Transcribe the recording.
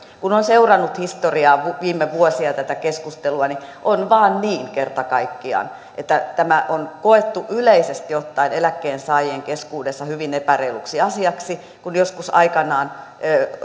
kun on seurannut historiaa viime vuosina ja tätä keskustelua niin on vain kerta kaikkiaan niin että tämä on koettu yleisesti ottaen eläkkeensaajien keskuudessa hyvin epäreiluksi asiaksi kun joskus aikanaan